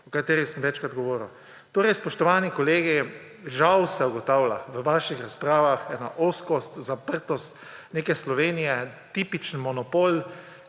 o katerih sem večkrat govoril. Spoštovani kolegi, žal se ugotavlja v vaših razpravah ena ozkost, zaprtost neke Slovenije, tipičen monopol,